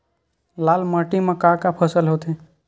लाल माटी म का का फसल होथे?